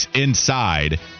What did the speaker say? inside